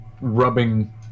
rubbing